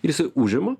jisai užima